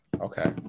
Okay